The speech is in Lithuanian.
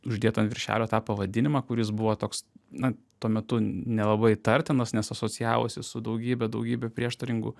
uždėtų ant viršelio tą pavadinimą kuris buvo toks na tuo metu nelabai įtartinas nes asocijavosi su daugybe daugybe prieštaringų